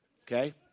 okay